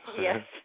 yes